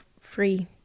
free